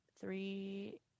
three